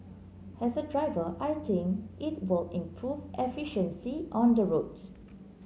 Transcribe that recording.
as a driver I think it will improve efficiency on the road